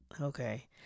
Okay